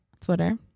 Twitter